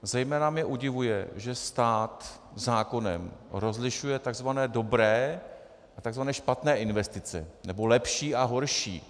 Zejména mě udivuje, že stát zákonem rozlišuje tzv. dobré a tzv. špatné investice, nebo lepší a horší.